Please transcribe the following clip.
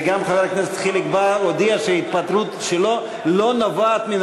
וגם חבר הכנסת חיליק בר הודיע שההתפטרות שלו לא נובעת מן